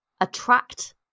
attract